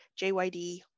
jyd